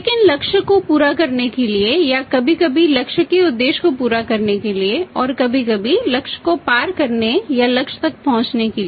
लेकिन लक्ष्य को पूरा करने के लिए या कभी कभी लक्ष्य के उद्देश्य को पूरा करने के लिए और कभी कभी लक्ष्य को पार करने या लक्ष्य तक पहुंचने के लिए